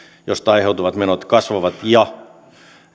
josta aiheutuvat menot kasvavat ja